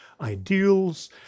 ideals